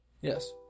Yes